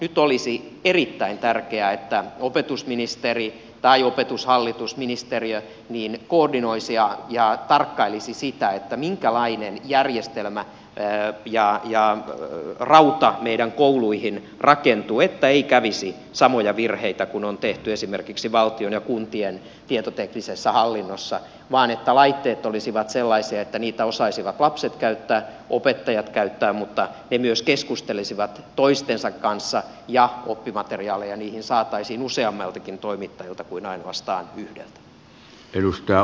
nyt olisi erittäin tärkeää että opetusministeri opetushallitus tai opetusministeriö koordinoisi ja tarkkailisi sitä minkälainen järjestelmä ja rauta meidän kouluihin rakentuu että ei kävisi samoja virheitä kuin on tehty esimerkiksi valtion ja kuntien tietoteknisessä hallinnossa vaan että laitteet olisivat sellaisia että niitä osaisivat lapset ja opettajat käyttää mutta ne myös keskustelisivat toistensa kanssa ja niihin saataisiin oppimateriaaleja useammaltakin kuin ainoastaan yhdeltä toimittajalta